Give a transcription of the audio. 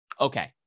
Okay